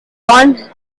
ron